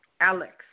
Alex